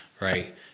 Right